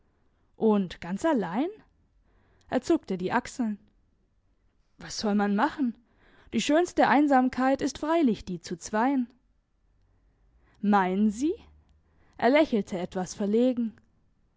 und ganz allein er zuckte die achseln was soll man machen die schönste einsamkeit ist freilich die zu zweien meinen sie er lächelte etwas verlegen